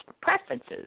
preferences